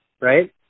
Right